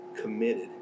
committed